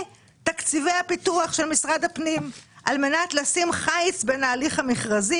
"ותקציבי הפיתוח של משרד הפנים על מנת לשים חיץ בין ההליך המכרזי